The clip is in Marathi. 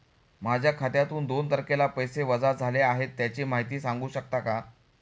माझ्या खात्यातून दोन तारखेला पैसे वजा झाले आहेत त्याची माहिती सांगू शकता का?